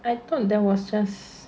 I thought there was just